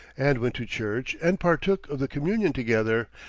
and went to church, and partook of the communion together,